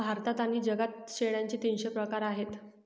भारतात आणि जगात शेळ्यांचे तीनशे प्रकार आहेत